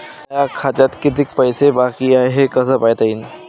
माया खात्यात कितीक पैसे बाकी हाय हे कस पायता येईन?